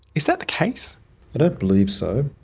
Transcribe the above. is that the case? i don't believe so.